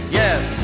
yes